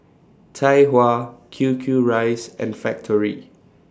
Tai Hua Q Q Rice and Factorie